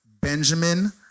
Benjamin